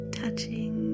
touching